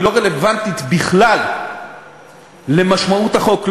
היא לא רלוונטית בכלל למשמעות החוק,